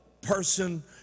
person